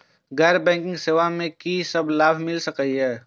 गैर बैंकिंग सेवा मैं कि सब लाभ मिल सकै ये?